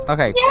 Okay